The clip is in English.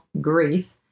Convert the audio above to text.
grief